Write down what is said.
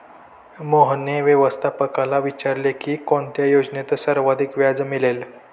मोहनने व्यवस्थापकाला विचारले की कोणत्या योजनेत सर्वाधिक व्याज मिळेल?